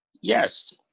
Yes